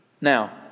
Now